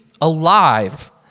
alive